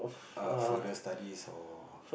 err further studies or